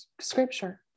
Scripture